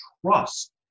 trust